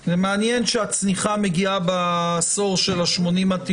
זה מעניין שהצניחה מגיעה בעשור של 80 עד 90,